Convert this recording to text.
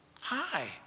Hi